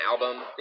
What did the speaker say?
album